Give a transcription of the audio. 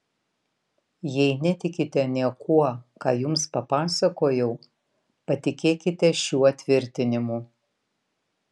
jei netikite niekuo ką jums papasakojau patikėkite šiuo tvirtinimu